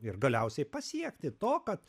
ir galiausiai pasiekti to kad